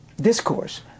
discourse